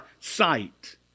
sight